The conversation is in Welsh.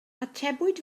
atebwyd